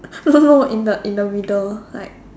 no in the in the middle like